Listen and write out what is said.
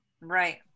right